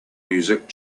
music